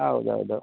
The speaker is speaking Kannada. ಹೌದ್ ಹೌದು